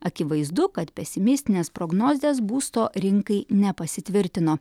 akivaizdu kad pesimistinės prognozės būsto rinkai nepasitvirtino